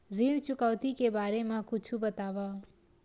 ऋण चुकौती के बारे मा कुछु बतावव?